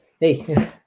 Hey